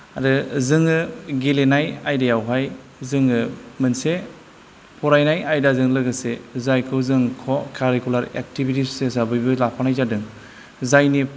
आरो जोङो गेलेनाय आयदायावहाय जोङो मोनसे फरायनाय आयदाजों लोगोसे जायखौ जों ख' खारिकुलार एक्तिभितिस हिसाबैबो लाफानाय जादों जायनि